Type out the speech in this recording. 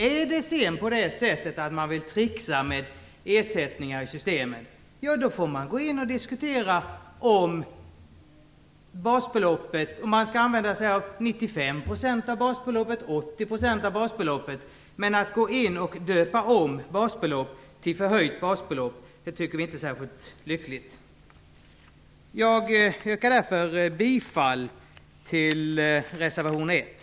Är det sedan på det sättet att man vill tricksa med ersättningar i systemet, så får man gå in och diskutera om man skall använda sig av 95 % av basbeloppet eller av 80 % av basbeloppet. Men att gå in och döpa om basbelopp till förhöjt basbelopp tycker vi inte är särskilt lyckligt. Jag yrkar därför bifall till reservation 1.